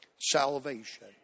salvation